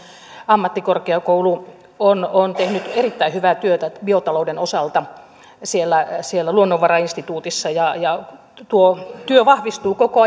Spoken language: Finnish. ammattikorkeakoulu on on tehnyt erittäin hyvää työtä biotalouden osalta siellä siellä luonnonvarainstituutissa ja ja tuo työ vahvistuu koko